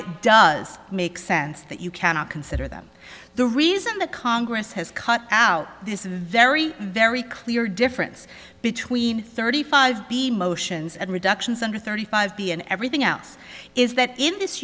it does make sense that you cannot consider them the reason the congress has cut out this is a very very clear difference between thirty five b motions and reductions under thirty five b and everything else is that in this